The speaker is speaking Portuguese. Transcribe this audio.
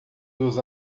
dos